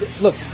Look